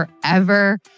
forever